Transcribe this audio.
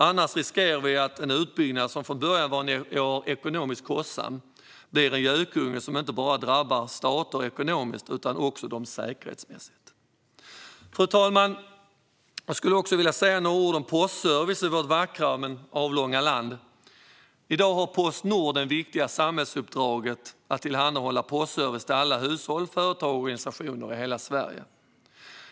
Annars riskerar vi att en utbyggnad som från början var ekonomiskt kostsam blir en gökunge som drabbar stater inte bara ekonomiskt utan också säkerhetsmässigt. Fru talman! Jag skulle också vilja säga några ord om postservice i vårt vackra men avlånga land. I dag har Postnord det viktiga samhällsuppdraget att tillhandahålla postservice till alla hushåll, företag och organisationer i hela Sverige.